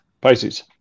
Pisces